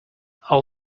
all